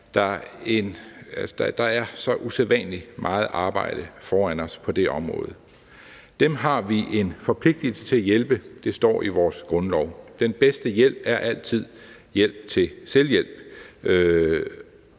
er der så usædvanlig meget arbejde foran os på det område. Dem har vi en forpligtelse til at hjælpe. Det står i vores grundlov. Den bedste hjælp er altid hjælp til selvhjælp,